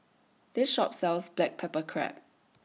This Shop sells Black Pepper Crab